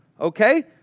okay